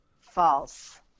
False